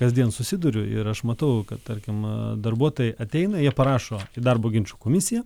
kasdien susiduriu ir aš matau kad tarkim darbuotojai ateina jie parašo į darbo ginčų komisiją